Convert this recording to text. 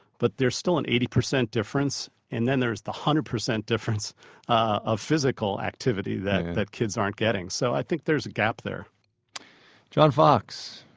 but there's still an eighty percent difference, and then there's the one hundred percent difference of physical activity that that kids aren't getting. so i think there's a gap there john fox,